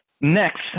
next